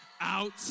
out